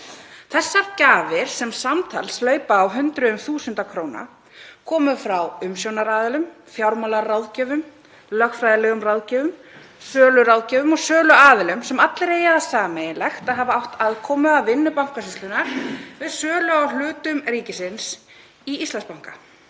Þessar gjafir, sem samtals hlaupa á hundruðum þúsunda króna, komu frá umsjónaraðilum, fjármálaráðgjöfum, lögfræðilegum ráðgjöfum, söluráðgjöfum og söluaðilum sem allir eiga það sameiginlegt að hafa átt aðkomu að vinnu Bankasýslunnar við sölu á hlutum ríkisins í Íslandsbanka.